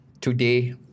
today